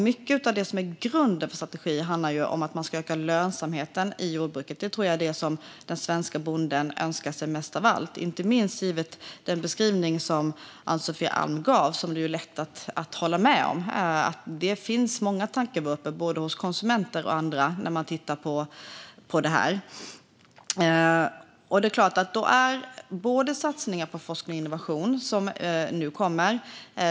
Mycket av det som är grunden för strategin handlar om att man ska öka lönsamheten i jordbruket - detta tror jag är vad den svenska bonden önskar sig mest av allt, inte minst givet den beskrivning som Ann-Sofie Alm gav, som det ju är lätt att hålla med om. Det finns många tankevurpor här, både hos konsumenter och hos andra. Det kommer nu satsningar på forskning och innovation.